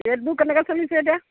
ৰেটবোৰ কেনেকে চলিছে এতিয়া